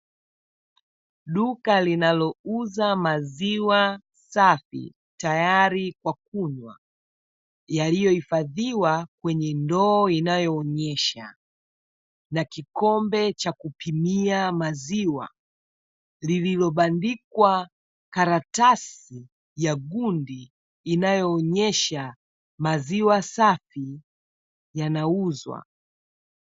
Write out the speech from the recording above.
Duka linalouza maziwa safi tayari kwa kunywa, yaliyo hifadhiwa kwenye ndoo inayoonyesha na kikombe cha kupimia maziwa, lililobandikwa karatasi ya gundi inayoonyesha maziwa safi yanauzwa.